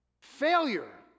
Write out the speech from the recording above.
Failure